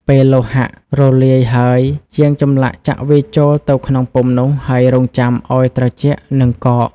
ពេលលោហៈរលាយហើយ ជាងចម្លាក់ចាក់វាចូលទៅក្នុងពុម្ពនោះ ហើយរង់ចាំឱ្យត្រជាក់និងកក។